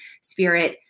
spirit